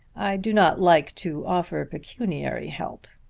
i do not like to offer pecuniary help.